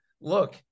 look